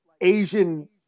Asian